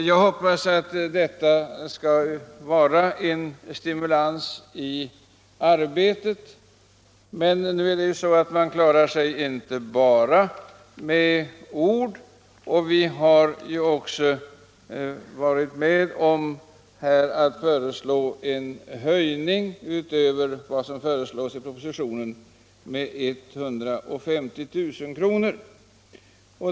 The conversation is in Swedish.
Jag hoppas att detta skall vara en stimulans i arbetet. Men man klarar sig inte bara med ord. Vi har också varit med om att föreslå en höjning, utöver den som föreslås i propositionen, med 150 000 kr.